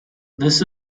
this